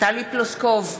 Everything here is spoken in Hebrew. טלי פלוסקוב,